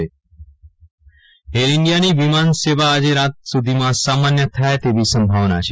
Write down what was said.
વિરલ રાણા ર ઇન્ડિયા વિમાની સેવા એર ઈન્ડિયાની વિમાન સેવા આજે રાત સુધીમાં સામાન્ય થાય તેવી સંભાવના છે